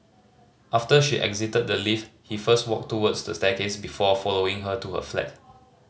after she exited the lift he first walked towards the staircase before following her to her flat